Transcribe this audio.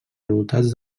resultats